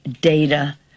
data